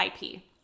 IP